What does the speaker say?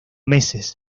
meses